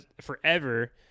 forever